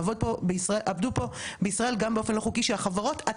שהחברות עצמן מפנות את העובדים לעבוד באופן לא חוקי,